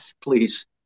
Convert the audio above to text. please